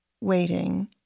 waiting